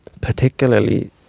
particularly